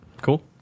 cool